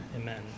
amen